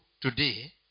today